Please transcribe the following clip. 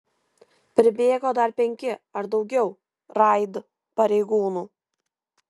pribėgo dar penki ar daugiau raid pareigūnų